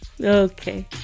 Okay